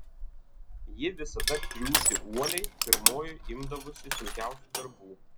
ji visada triūsė uoliai pirmoji imdavosi sunkiausių darbų